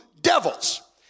devils